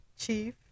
Chief